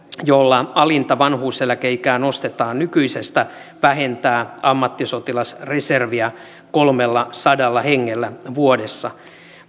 jolla alinta vanhuuseläkeikää nostetaan nykyisestä vähentää ammattisotilasreserviä kolmellasadalla hengellä vuodessa